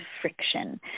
friction